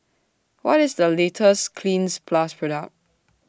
What IS The latest Cleanz Plus Product